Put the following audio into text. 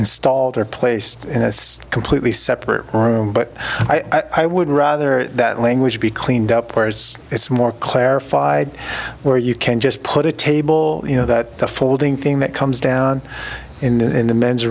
installed or placed in a completely separate room but i would rather that language be cleaned up whereas it's more clarified where you can just put a table you know that the folding thing that comes down in the